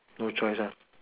no choice lah